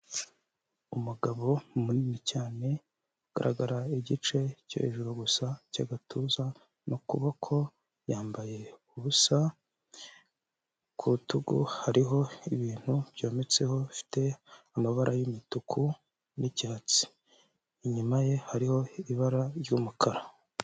Umugabo munini cyane, ugaragara igice cyo hejuru gusa cy'agatuza n'ukuboko, yambaye ubusa, ku rutugu hariho ibintu byometseho bifite amabara y'umutuku n'icyatsi, inyuma ye hariho ibara ry'umukara.